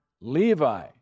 Levi